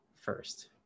first